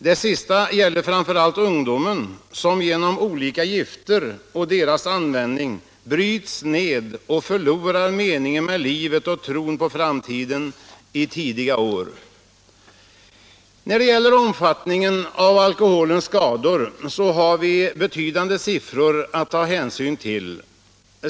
Det sista gäller framför allt ungdomen som genom olika gifter och deras användning bryts ned och förlorar meningen med livet och tron på framtiden i tidiga år. När det gäller omfattningen av alkoholens skador så har vi betydande siffror att ta hänsyn till.